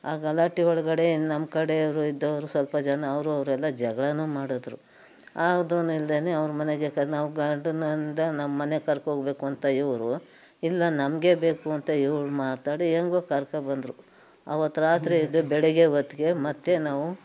ಆ ಗಲಾಟೆ ಒಳಗಡೆ ನಮ್ಮ ಕಡೆಯವರು ಇದ್ದವರು ಸ್ವಲ್ಪ ಜನ ಅವರು ಅವರೆಲ್ಲ ಜಗಳನೂ ಮಾಡಿದ್ರು ಆದ್ರೂ ಇಲ್ಲದೇನೆ ಅವ್ರು ಮನೆಗೆ ನಾವು ಗಾರ್ಡನಿಂದ ನಮ್ಮನೆಗೆ ಕರ್ಕೊ ಹೋಗಬೇಕು ಅಂತ ಇವರು ಇಲ್ಲ ನಮಗೆ ಬೇಕು ಅಂತ ಇವರು ಮಾತಾಡಿ ಹೆಂಗೋ ಕರ್ಕೊಂಡ್ಬಂದ್ರು ಆವತ್ತು ರಾತ್ರಿ ಇದ್ದು ಬೆಳಗ್ಗೆ ಹೊತ್ಗೆ ಮತ್ತೆ ನಾವು